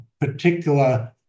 particular